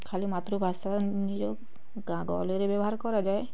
ଖାଲି ମାତୃଭାଷା ନିଜ ଗାଁ ଗହଳିରେ ବ୍ୟବହାର କରାଯାଏ